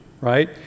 right